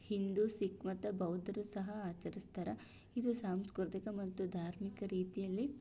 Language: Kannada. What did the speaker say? ಹಿಂದು ಸಿಖ್ ಮತ್ತೆ ಬೌದ್ದರು ಸಹ ಆಚರಿಸ್ತಾರೆ ಇದು ಸಾಂಸ್ಕೃತಿಕ ಮತ್ತು ಧಾರ್ಮಿಕ ರೀತಿಯಲ್ಲಿ